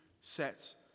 sets